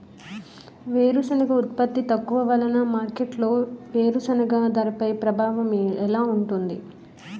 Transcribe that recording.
వేరుసెనగ ఉత్పత్తి తక్కువ వలన మార్కెట్లో వేరుసెనగ ధరపై ప్రభావం ఎలా ఉంటుంది?